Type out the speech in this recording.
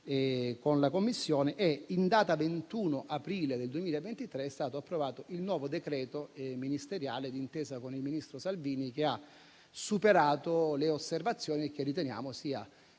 con la Commissione e, in data 21 aprile 2023, è stato approvato il nuovo decreto ministeriale, d'intesa con il ministro Salvini, che ha superato le osservazioni e che noi riteniamo